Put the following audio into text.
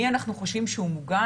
מי אנחנו חושבים שהוא מוגן.